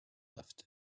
left